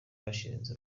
bashinze